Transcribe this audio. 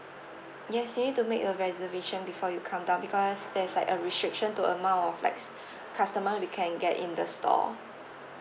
yes you need to make a reservation before you come down because there's like a restriction to amount of like customer we can get in the store